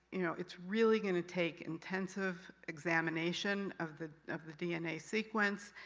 you know, it's really going to take intensive examination of the of the dna sequence,